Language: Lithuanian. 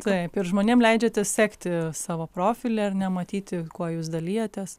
taip ir žmonėm leidžiate sekti savo profilį ar ne matyti kuo jūs dalijatės